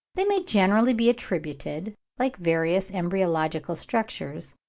they may generally be attributed, like various embryological structures,